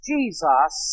Jesus